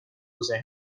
ذهن